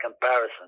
comparison